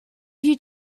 you